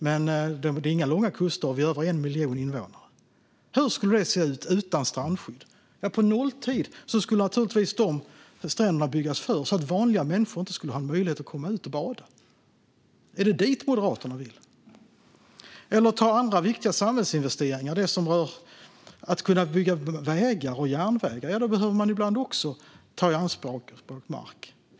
Men det är inga långa kuster, och vi är över en miljon invånare. Hur skulle det se ut utan strandskydd? Dessa stränder skulle naturligtvis byggas igen på nolltid så att vanliga människor inte skulle ha möjlighet att komma ut och bada. Är det dit Moderaterna vill? Ta andra viktiga samhällsinvesteringar, till exempel att kunna bygga vägar och järnvägar. Då behöver man ibland också ta mark i anspråk.